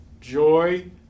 joy